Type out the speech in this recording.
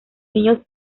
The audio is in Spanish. niños